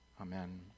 Amen